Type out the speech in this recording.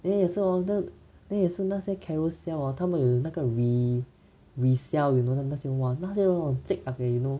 then 也是 hor then 也是那些 Carousell hor 他们有那个 re~ resell you know 那些人很 cek ark you know